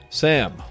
Sam